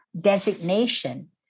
designation